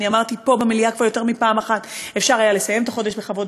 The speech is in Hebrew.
אמרתי פה במליאה כבר יותר מפעם אחת: אפשר היה לסיים את החודש בכבוד,